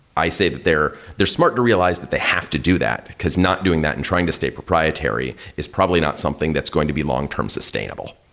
i say that they're they're smart to realize that they have to do that, because not doing that and trying to stay proprietary is probably not something that's going to be long term sustainable.